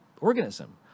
organism